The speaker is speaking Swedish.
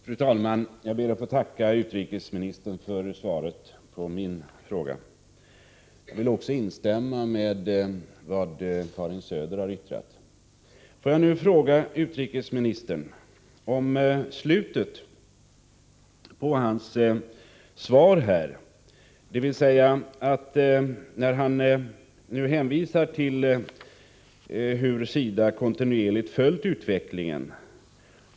Fru talman! Jag ber att få tacka utrikesministern för svaret på min fråga. Jag mstämmer i det som Karin Söder nyss yttrade här. Jag vill ställa ytterligare en fråga till utrikesministern, med anledning av vad han säger i slutet av svaret. Utrikesministern hänvisar nämligen till SIDA, som kontinuerligt följt utvecklingen.